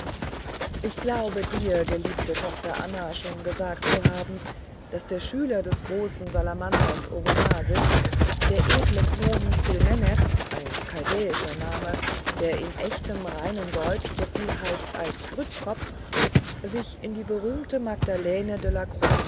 ich glaube dir geliebte tochter anna schon gesagt zu haben daß der schüler des großen salamanders oromasis der edle gnome tsilmenech ein chaldäischer name der in echtem reinen deutsch soviel heißt als grützkopf sich in die berühmte magdalene de